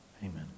Amen